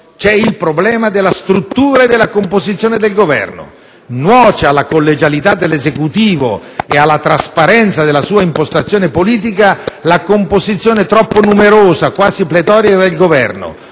C'è il problema della struttura e della composizione del Governo. Nuoce alla collegialità dell'Esecutivo e alla trasparenza della sua impostazione politica la composizione troppo numerosa, quasi pletorica del Governo: